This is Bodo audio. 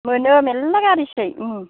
मोनो मेरला गारिसै ओं